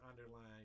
underlying